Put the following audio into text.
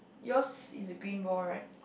yours is green ball right